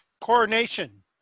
Coronation